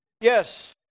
Yes